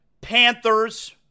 Panthers